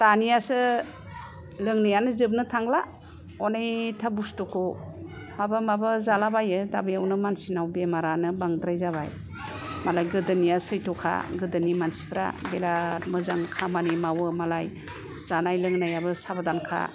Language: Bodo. दानियासो लोंनायानो जोबनो थांला अनेकथा बुसथुखौ माबा माबा जालाबायो दा बेयावनो मानसिनाव बेरामानो बांद्राय जाबाय मालाय गोदोनिया सैट्र'खा गोदोनि मानसिफ्रा बिराथ मोजां खामानि मावो मालाय जानाय लोंनायाबो साबोदानखा